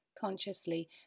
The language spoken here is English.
Consciously